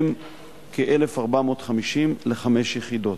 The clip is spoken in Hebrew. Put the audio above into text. מהם כ-1,450 לחמש יחידות.